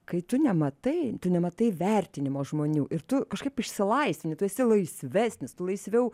kai tu nematai nematai vertinimo žmonių ir tu kažkaip išsilaisvini tu esi laisvesnis tu laisviau